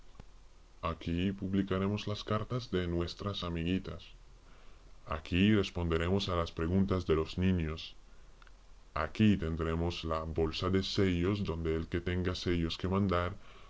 aquí publicaremos las cartas de nuestras amiguitas aquí responderemos a las preguntas de los niños aquí tendremos la bolsa de sellos donde el que tenga sellos que mandar